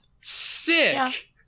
sick